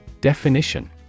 Definition